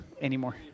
anymore